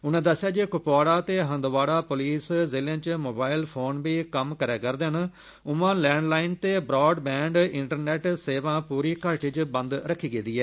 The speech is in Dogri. उनें दस्सेआ जे कुपवाड़ा ते हंदवाड़ा पोलीस ज़िलें च मोबाइल फोन बी कम्म करा'रदे न उआं लैंडलाइन ते ब्राडबैंड इंटरनेट सेवा पूरी घाटी च बंद रक्खी गेदी ऐ